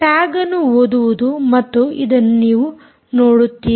ಟ್ಯಾಗ್ಅನ್ನು ಓದುವುದು ಮತ್ತು ಅದನ್ನು ನೀವು ನೋಡುತ್ತೀರಿ